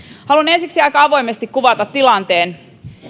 haluan ensiksi aika avoimesti kuvata tilanteen